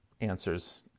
answers